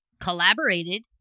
collaborated